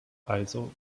also